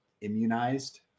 immunized